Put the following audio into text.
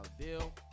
deal